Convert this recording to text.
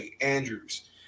Andrews